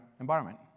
environment